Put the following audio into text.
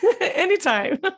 Anytime